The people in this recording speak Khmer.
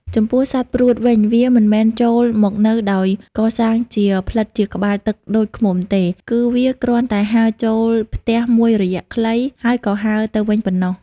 ចំពោះសត្វព្រួតវិញ វាមិនមែនចូលមកនៅដោយកសាងជាផ្លិតជាក្បាលទឹកដូចឃ្មុំទេ គឺវាគ្រាន់តែហើរចូលផ្ទះមួយរយៈខ្លីហើយក៏ហើរទៅវិញប៉ុណ្ណោះ។